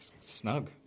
Snug